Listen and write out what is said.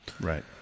Right